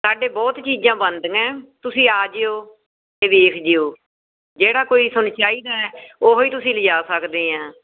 ਸਾਡੇ ਬਹੁਤ ਚੀਜ਼ਾਂ ਬਣਦੀਆਂ ਤੁਸੀਂ ਆ ਜਾਇਓ ਅਤੇ ਵੇਖ ਜਾਇਓ ਜਿਹੜਾ ਕੋਈ ਤੁਹਾਨੂੰ ਚਾਹੀਦਾ ਉਹੀ ਤੁਸੀਂ ਲਿਜਾ ਸਕਦੇ ਆ